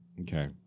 Okay